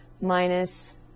minus